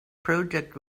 project